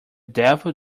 devil